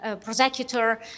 prosecutor